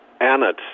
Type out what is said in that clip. Annette